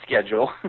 schedule